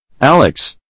Alex